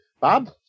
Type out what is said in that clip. Bob